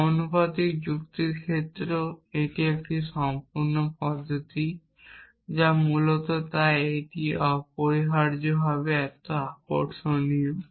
সমানুপাতিক যুক্তির ক্ষেত্রেও এটি একটি সম্পূর্ণ পদ্ধতি যা মূলত তাই এটি অপরিহার্যভাবে এত আকর্ষণীয়